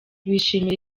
bishimira